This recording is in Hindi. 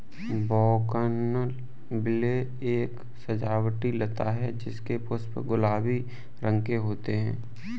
बोगनविले एक सजावटी लता है जिसके पुष्प गुलाबी रंग के होते है